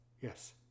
yes